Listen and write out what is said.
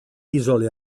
isole